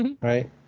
Right